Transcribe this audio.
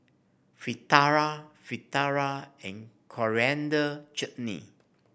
Fritada Fritada and Coriander Chutney